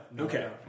Okay